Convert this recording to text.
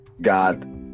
God